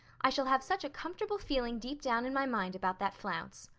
i shall have such a comfortable feeling deep down in my mind about that flounce.